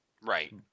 Right